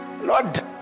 Lord